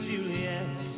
Juliet